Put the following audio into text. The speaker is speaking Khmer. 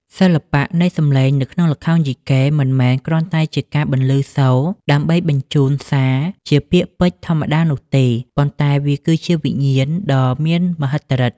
សិល្បៈនៃសំឡេងនៅក្នុងល្ខោនយីកេ មិនមែនគ្រាន់តែជាការបន្លឺសូរដើម្បីបញ្ជូនសារជាពាក្យពេចន៍ធម្មតានោះទេ ប៉ុន្តែវាគឺជាវិញ្ញាណដ៏មានមហិទ្ធិឫទ្ធិ។